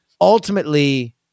Ultimately